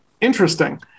interesting